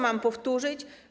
Mam powtórzyć?